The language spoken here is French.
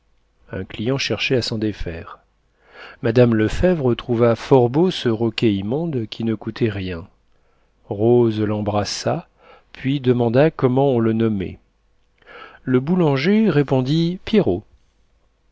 un client cherchait à s'en défaire mme lefèvre trouva fort beau ce roquet immonde qui ne coûtait rien rose l'embrassa puis demanda comment on le nommait le boulanger répondit pierrot